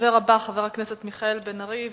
הדובר הבא, חבר הכנסת מיכאל בן-ארי.